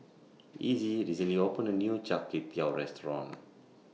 Essie recently opened A New Char Kway Teow Restaurant